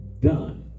done